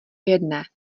jedné